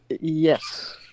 Yes